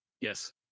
Yes